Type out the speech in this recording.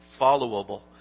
followable